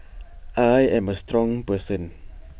I am A strong person